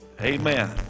Amen